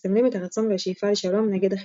המסמלים את הרצון והשאיפה לשלום נגד החצים,